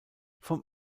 vom